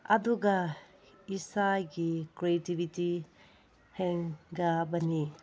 ꯑꯗꯨꯒ ꯏꯁꯥꯒꯤ ꯀ꯭ꯔꯦꯇꯤꯕꯤꯇꯤ ꯍꯦꯟꯒꯠꯕꯅꯤ